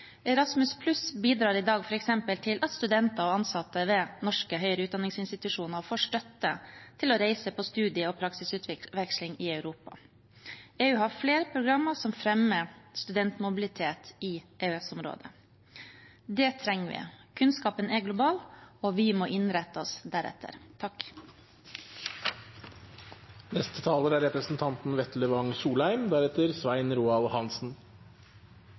bidrar i dag f.eks. til at studenter og ansatte ved norske høyere utdanningsinstitusjoner får støtte til å reise på studie- og praksisutveksling i Europa. EU har flere programmer som fremmer studentmobilitet i EØS-området. Det trenger vi. Kunnskapen er global, og vi må innrette oss deretter.